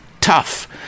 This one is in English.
tough